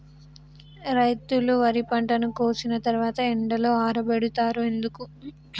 రైతులు వరి పంటను కోసిన తర్వాత ఎండలో ఆరబెడుతరు ఎందుకు?